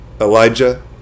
Elijah